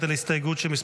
הסתייגות 27